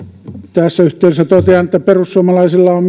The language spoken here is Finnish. tässä yhteydessä totean että myös perussuomalaisilla on